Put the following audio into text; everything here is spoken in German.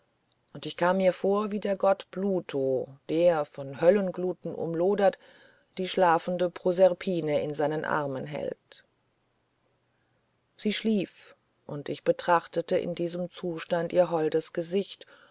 und ich kam mir vor wie der gott pluto der von höllengluten umlodert die schlafende proserpine in seinen armen hält sie schlief und ich betrachtete in diesem zustand ihr holdes gesicht